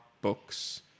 books